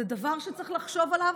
זה דבר שצריך לחשוב עליו.